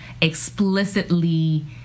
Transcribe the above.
explicitly